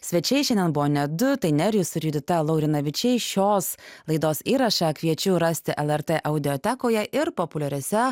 svečiai šiandien buvo net du tai nerijus ir judita laurinavičiai šios laidos įrašą kviečiu rasti lrt audiotekoje ir populiariose